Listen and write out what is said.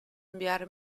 enviar